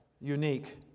unique